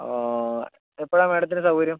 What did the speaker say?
ആ എപ്പോഴാണ് മേഡത്തിന് സൗകര്യം